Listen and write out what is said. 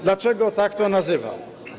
Dlaczego tak to nazywam?